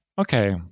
okay